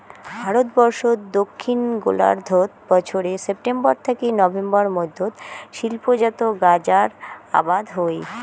ভারতবর্ষত দক্ষিণ গোলার্ধত বছরে সেপ্টেম্বর থাকি নভেম্বর মধ্যত শিল্পজাত গাঁজার আবাদ হই